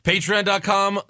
Patreon.com